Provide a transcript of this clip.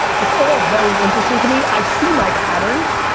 it's all very interesting to me. i see my patterns,